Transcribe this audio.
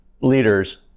leaders